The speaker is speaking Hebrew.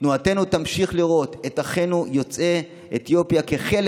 תנועתנו תמשיך לראות את אחינו יוצאי אתיופיה כחלק